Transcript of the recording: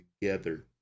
together